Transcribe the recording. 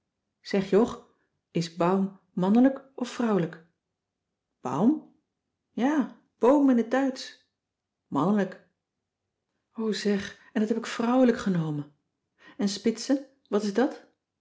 zeg jog is baum mannelijk of vrouwlijk baum ja boom in t duitsch mannelijk o zeg en dat heb ik vrouwlijk genomen en spitze wat is dat